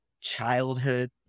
childhood